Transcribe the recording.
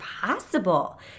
possible